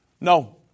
No